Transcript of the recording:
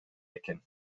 экен